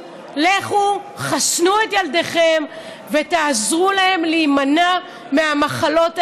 לכו חסנו את ילדיכם ותעזרו להם להימנע מהמחלות האלה,